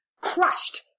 crushed